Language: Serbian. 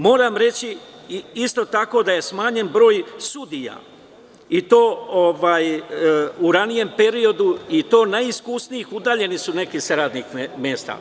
Moram reći isto tako da je smanjen broj sudija u ranijem periodu, i to najiskusnijih, udaljeni su neki sa radnih mesta.